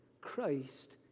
Christ